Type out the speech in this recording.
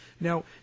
Now